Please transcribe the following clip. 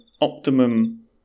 optimum